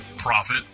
Profit